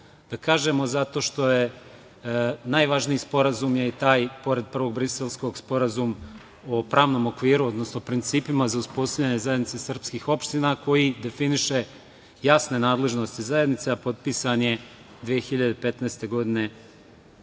da kažemo zato što je najvažniji sporazum je i taj pored prvog Briselskog i Sporazum o pravnom okviru, odnosno principima za uspostavljanje Zajednice srpskih opština koji definiše jasne nadležnosti zajednice, a potpisan je 2015. godine